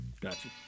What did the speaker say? Gotcha